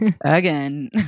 again